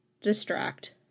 distract